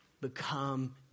become